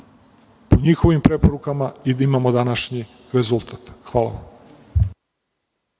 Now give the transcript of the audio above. po njihovim preporukama i da imamo današnji rezultat. Hvala.